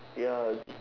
ya